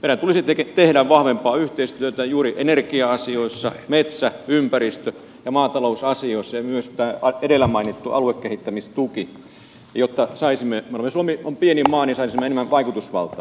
meidän tulisi tehdä vahvempaa yhteistyötä juuri energia asioissa metsä ympäristö ja maata lousasioissa ja myös tässä edellä mainitussa aluekehittämistuessa jotta saisimme suomi on pieni maa enemmän vaikutusvaltaa